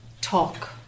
talk